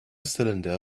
cylinder